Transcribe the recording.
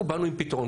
אנחנו באנו עם פתרון,